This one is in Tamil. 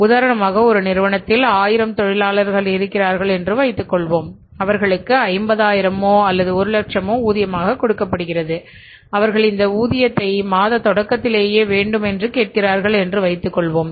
உதாரணமாக ஒரு நிறுவனத்தில் ஆயிரம் தொழிலாளர்கள் இருக்கிறார்கள் என்று வைத்துக் கொள்வோம் அவர்களுக்கு 50000 மோ அல்லது ஒரு லட்சம் ஊதியமாக கொடுக்கப்படுகிறது அவர்கள் இந்த ஊழியத்தை மாதத் தொடக்கத்திலேயே வேண்டும் என்று கேட்கிறார்கள் என்று வைத்துக்கொள்வோம்